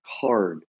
card